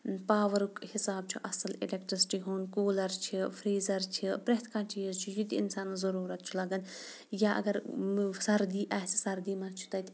پاورُک حِساب چھُ اَصٕل ایلیکٹِرٛکسٹی ہُنٛد کوٗلَر چھِ فِرٛیٖزَر چھِ پرٮ۪تھ کانٛہہ چیٖز چھُ یہِ تہِ اِنسانَس ضٔروٗرت چھِ لَگَان یا اگر سردی آسہِ سردی منٛز چھِ تَتہِ